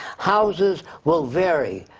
houses will vary.